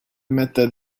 method